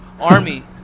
Army